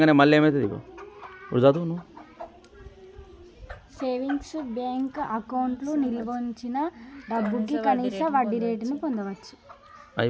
savings bank అకౌంట్లో నిల్వ వుంచిన డబ్భుకి కనీస వడ్డీరేటును పొందచ్చు